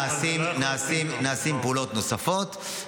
נעשות פעולות נוספות,